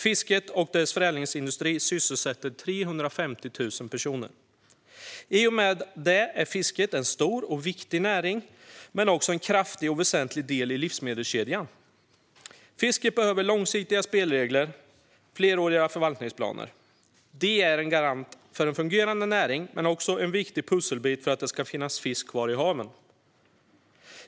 Fisket och dess förädlingsindustri sysselsätter 350 000 personer. I och med det är fisket en stor och viktig näring men också en kraftig och väsentlig del i livsmedelskedjan. Fisket behöver långsiktiga spelregler och fleråriga förvaltningsplaner. De är garanter för en fungerande näring men också viktiga pusselbitar för att det ska finnas fisk kvar i haven.